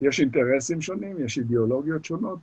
יש אינטרסים שונים, יש אידיאולוגיות שונות.